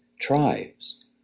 tribes